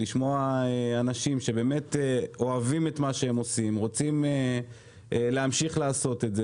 לשמוע אנשים שבאמת אוהבים את מה שהם עושים ורוצים להמשיך לעשות את זה.